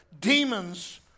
demons